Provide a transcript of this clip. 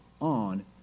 on